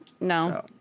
No